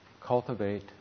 cultivate